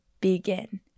begin